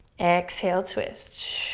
exhale, twist.